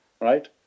right